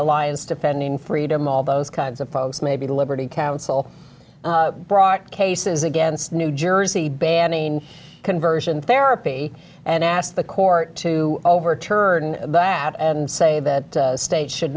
alliance defending freedom all those kinds of folks maybe the liberty council brought cases against new jersey banning conversion therapy and asked the court to overturn that and say that states should